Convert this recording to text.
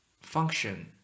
function